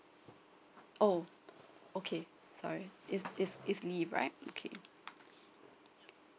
oh okay sorry it's it's it's leave right okay